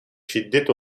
şiddet